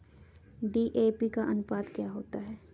DAP का अनुपात क्या होता है?